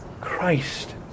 Christ